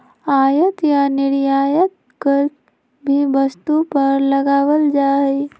आयात या निर्यात कर भी वस्तु पर लगावल जा हई